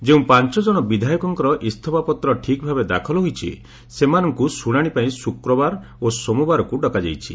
ଯେଉଁ ପାଞ୍ଚଜଣ ବିଧାୟକଙ୍କର ଇସ୍ତଫାପତ୍ର ଠିକ୍ ଭାବେ ଦାଖଲ ହୋଇଛି ସେମାନଙ୍କୁ ଶୁଣାଣି ପାଇଁ ଶୁକ୍ରବାର ଓ ସୋମବାରକୁ ଡକାଯାଇଛି